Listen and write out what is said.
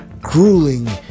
grueling